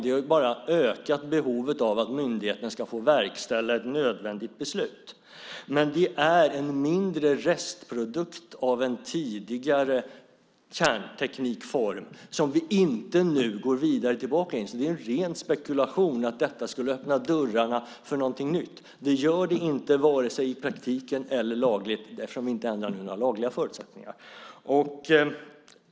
Det har bara ökat behovet av att myndigheten ska få verkställa ett nödvändigt beslut. Men det är en mindre restprodukt av en tidigare kärnteknikform som vi nu inte går tillbaka till. Det är ren spekulation att detta skulle öppna dörrarna för någonting nytt. Det gör det inte vare sig i praktiken eller lagligt, eftersom vi inte ändrar några lagliga förutsättningar.